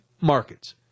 markets